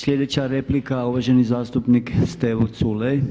Sljedeća replika uvaženi zastupnik Stevo Culej.